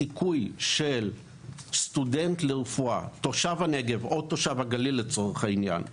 הסיכוי של סטודנט לרפואה תושב הנגב או לצורך העניין תושב הגליל,